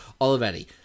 Olivetti